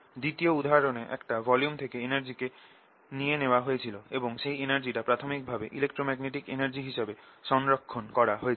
দ্বিতীয় উদাহরণে একটা ভলিউম থেকে এনার্জিকে নিয়ে নেওয়া হয়েছিল এবং সেই এনার্জিটা প্রাথমিক ভাবে ইলেক্ট্রোম্যাগনেটিক এনার্জি হিসেবে সংরক্ষণ করা ছিল